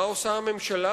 אבל מה עושה הממשלה?